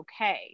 okay